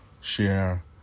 share